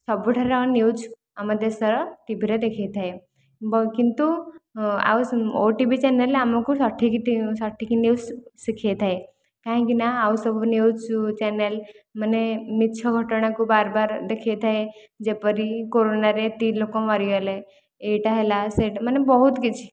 ସବୁଠାର news ଆମ ଦେଶର ଟିଭିରେ ଦେଖାଇଥାଏ କିନ୍ତୁ ଆଉ ଓଟିଭି ଚ୍ୟାନେଲରେ ଆମକୁ ସଠିକ ସଠିକ ନ୍ୟୁଜ ଶିଖାଇଥାଏ କାହିଁକି ନା ଆଉ ସବୁ ନ୍ୟୁଜ ଚ୍ୟାନେଲ ମାନେ ମିଛ ଘଟଣାକୁ ବାରବାର ଦେଖାଇଥାଏ ଯେପରିକି କରୋନାରେ ଏତିକି ଲୋକ ମରିଗଲେ ଏହିଟା ହେଲା ସେହିଟା ମାନେ ବହୁତ କିଛି